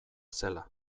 zela